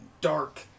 dark